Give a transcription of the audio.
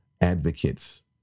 advocates